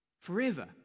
forever